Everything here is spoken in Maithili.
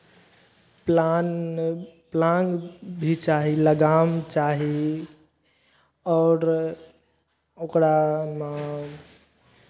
प्लान प्लान भी चाही लगाम चाही आओर ओकरामे